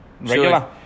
Regular